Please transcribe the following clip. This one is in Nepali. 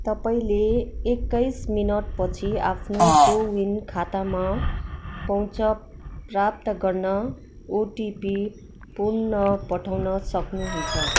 तपाईँले एक्काइस मिनट पछि आफ्नो को विन खातामा पहुँच प्राप्त गर्न ओटिपी पुन पठाउन सक्नुहुन्छ